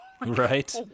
Right